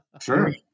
Sure